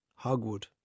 Hogwood